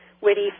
witty